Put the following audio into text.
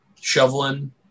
Shoveling